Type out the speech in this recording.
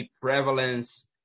prevalence